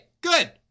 Good